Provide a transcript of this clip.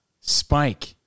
Spike